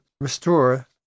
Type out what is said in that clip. restore